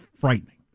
frightening